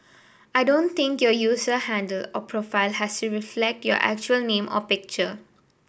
I don't think your user handle or profile has to reflect your actual name or picture